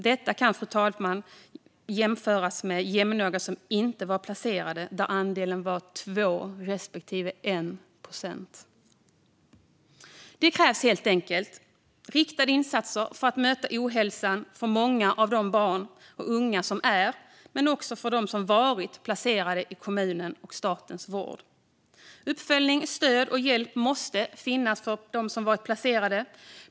Detta kan jämföras med jämnåriga som inte var placerade, där andelen var 2 respektive 1 procent. Det krävs helt enkelt riktade insatser för att möta ohälsan för många av de barn och unga som är, och även för dem som varit, placerade i kommunens och statens vård. Uppföljning, stöd och hjälp måste finnas för dem som har varit placerade.